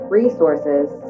resources